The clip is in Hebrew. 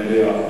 מליאה.